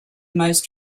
most